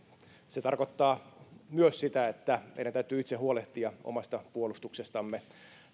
se tarkoittaa myös sitä että meidän täytyy itse huolehtia omasta puolustuksestamme